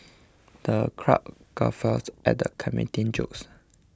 the crowd guffawed at the comedian's jokes